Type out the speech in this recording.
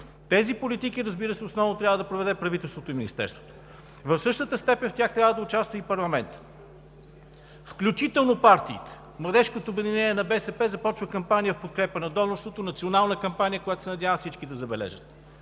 Тези политики, разбира се, основно трябва да проведат правителството и Министерството. В същата степен в тях трябва да участва и парламентът, включително партиите. Младежкото обединение на БСП започва Национална кампания в подкрепа на донорството, която се надявам всички да забележат.